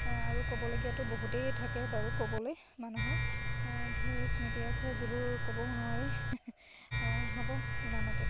আৰু ক'বলগীয়াতো বহুতেই থাকে বাৰু ক'বলৈ মানুহৰ ঢেৰ স্মৃতি আছে যিবোৰ ক'বও নোৱাৰি হ'ব ইমানতে